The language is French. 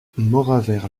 mauravert